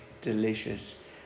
delicious